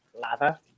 lava